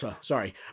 sorry